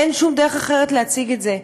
אין שום דרך אחרת להציג את זה,